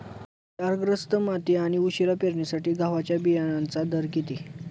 क्षारग्रस्त माती आणि उशिरा पेरणीसाठी गव्हाच्या बियाण्यांचा दर किती?